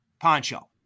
poncho